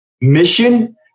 mission